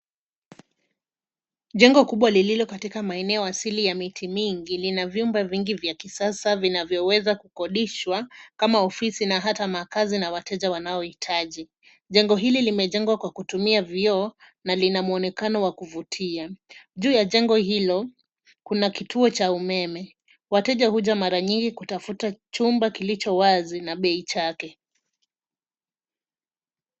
Jengo kubwa lilo katika maeneo asili ya Miti mingi lina vyumba vingi vya kisasa vinavyoweza kukodishwa kama ofisi na hata makazi na wateja wanaohitaji. Jengo hili limejengwa Kwa viyoo na Lina muonekano WA kuvutia. Juu ya jengo hilo kuna kitui cha umeme, wateja huja Kwa mara nyingi kutafuta chumba kilicho wazi na bei chake.